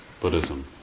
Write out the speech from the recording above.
Buddhism